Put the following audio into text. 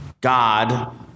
God